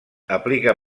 aplica